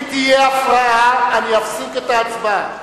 אם תהיה הפרעה אני אפסיק את ההצבעה.